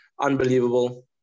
unbelievable